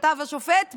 כתב השופט,